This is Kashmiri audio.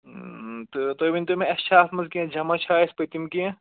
تہٕ تُہۍ ؤنۍ تَو مےٚ اَسہِ چھا اَتھ منٛز کیٚنٛہہ جمع چھا اَسہِ پٔتِم کینٛہہ